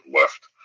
left